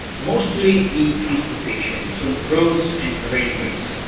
mostly in transportation, so roads and railways.